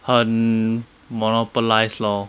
很 monopolised lor